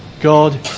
God